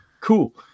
Cool